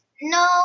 No